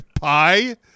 Pie